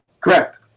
Correct